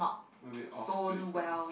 maybe off place one